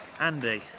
Andy